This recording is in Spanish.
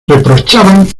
reprochaban